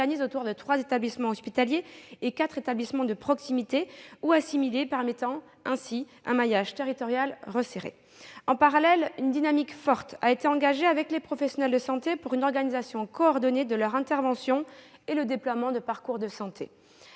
autour de trois établissements hospitaliers et quatre établissements de proximité ou assimilés, permettant ainsi un maillage territorial resserré. En parallèle, une dynamique forte a été engagée avec les professionnels de santé pour assurer une organisation coordonnée de leurs interventions et le déploiement de parcours de santé.